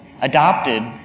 adopted